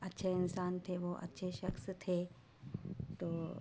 اچھے انسان تھے وہ اچھے شخص تھے تو